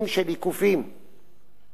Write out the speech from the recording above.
הוא היה צריך להתפרסם לפני שנתיים.